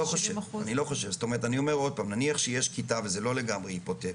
יש חלופות והמנהל יותר הכי טוב מה הוא יכול לתת.